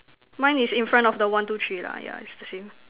mine is in front of the one two three lah yeah it's the same